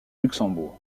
luxembourg